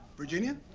virginia?